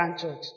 Church